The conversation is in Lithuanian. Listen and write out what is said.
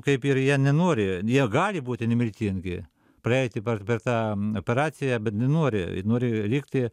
kaip ir jie nenori jie gali būti nemirtingi praeiti per tą operaciją bet nenori nori likti